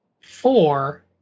four